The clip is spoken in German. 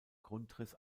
grundriss